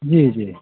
जी जी